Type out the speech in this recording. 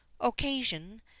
occasion